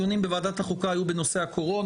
הוא בטח לא יכול לגרום לקריסה של מערכות בתי החולים.